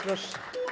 Proszę.